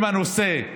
אם הנושא,